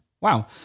Wow